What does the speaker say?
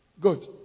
Good